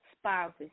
spouses